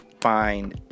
find